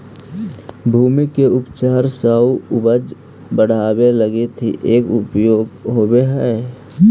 भूमि के उपचार आउ उपज बढ़ावे लगी भी एकर उपयोग होवऽ हई